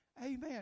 Amen